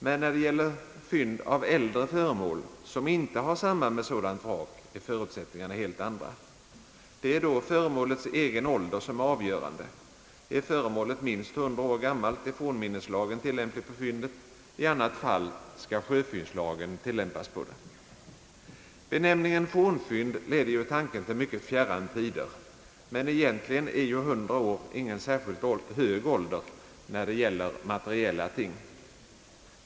Men när det gäller fynd av äldre föremål, som inte har samband med sådant vrak, är förutsättningarna helt andra. Det är då föremålets egen ålder som är avgörande. Är föremålet minst hundra år gammalt är fornminneslagen tillämplig på fyndet. I annat fall skall sjöfyndslagen tillämpas på det. Benämningen fornfynd leder ju tanken till mycket fjärran tider, men egentligen är ju hundra år ingen särskilt hög ålder när det gäller materiella ting.